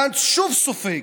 גנץ שוב סופג.